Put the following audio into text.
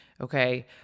Okay